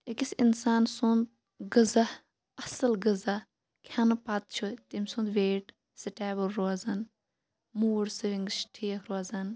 أکِس اِنسان سُنٛد غذا اصٕل غذا کھیٚنہٕ پَتہٕ چھُ تٔمۍ سُنٛد ویٹ سٹیبل روزان موٗڈ سُوِنٛگس چھِ ٹھیٖک روزان